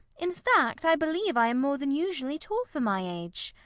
in fact, i believe i am more than usually tall for my age.